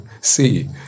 see